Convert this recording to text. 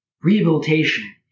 rehabilitation